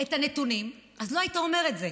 את הנתונים, אז לא היית אומר את זה.